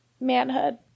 manhood